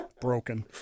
broken